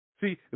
See